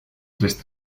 tres